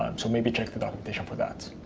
um so maybe check the documentation for that.